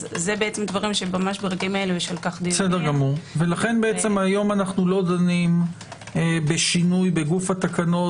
זה דברים שממש ברגעים אלו- -- לכן היום אנו לא דנים בגוף התקנות,